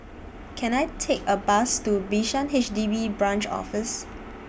Can I Take A Bus to Bishan H D B Branch Office